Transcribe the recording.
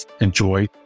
enjoy